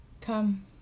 Come